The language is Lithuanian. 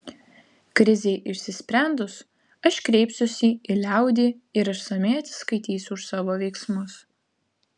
krizei išsisprendus aš kreipsiuosi į liaudį ir išsamiai atsiskaitysiu už savo veiksmus